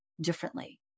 differently